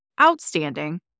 outstanding